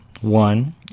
One